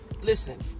Listen